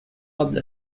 قبل